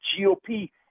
GOP